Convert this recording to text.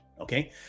Okay